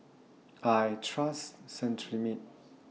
I Trust Cetrimide